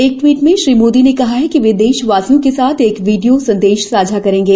एक ट्वीट में श्री मोदी ने कहा कि वे देशवासियों के साथ एक वीडियो संदेश साझा करेंगे